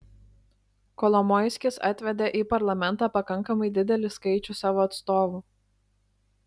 kolomoiskis atvedė į parlamentą pakankamai didelį skaičių savo atstovų